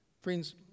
Friends